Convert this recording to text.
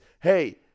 hey